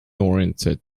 oriented